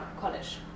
College